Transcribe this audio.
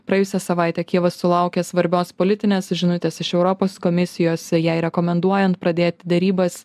praėjusią savaitę kijevas sulaukė svarbios politinės žinutės iš europos komisijos jai rekomenduojant pradėti derybas